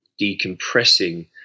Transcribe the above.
decompressing